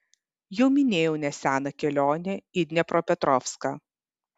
jau minėjau neseną kelionę į dniepropetrovską